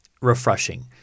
refreshing